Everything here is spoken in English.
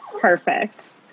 Perfect